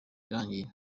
irangiye